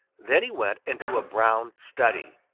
then he went into a brown study,